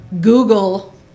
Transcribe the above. google